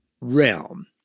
realm